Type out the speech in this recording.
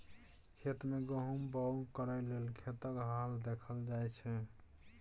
खेत मे गहुम बाउग करय लेल खेतक हाल देखल जाइ छै